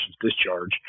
discharge